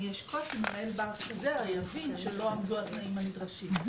אם יש קושי מנהל בנק הזרע יבין שלא עמדו התנאים הנדרשים.